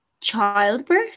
Childbirth